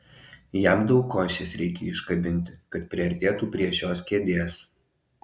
jam daug košės reikia iškabinti kad priartėtų prie šios kėdės